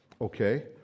Okay